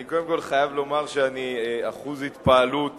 אני קודם כול חייב לומר שאני אחוז התפעלות